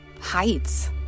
heights